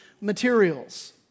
materials